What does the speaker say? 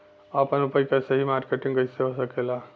आपन उपज क सही मार्केटिंग कइसे हो सकेला?